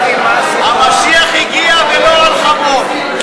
המשיח הגיע ולא על חמור.